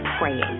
praying